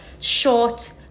short